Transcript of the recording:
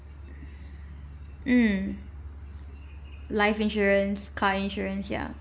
mm life insurance car insurance ya